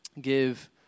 give